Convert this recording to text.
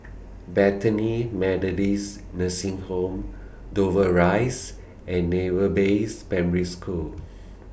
Bethany Methodist Nursing Home Dover Rise and Naval Base Primary School